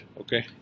okay